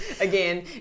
again